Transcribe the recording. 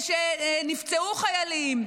ושנפצעו חיילים.